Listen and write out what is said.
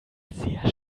sehr